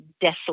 desolate